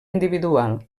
individual